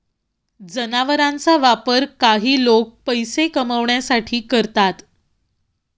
जनावरांचा वापर काही लोक पैसे कमावण्यासाठी करतात